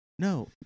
No